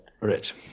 Rich